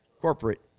corporate